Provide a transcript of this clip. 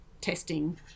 testing